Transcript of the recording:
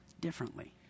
differently